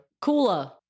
Cooler